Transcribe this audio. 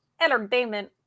entertainment